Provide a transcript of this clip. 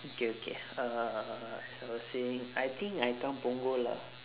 okay okay uh as I was saying I think I come punggol lah